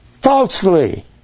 falsely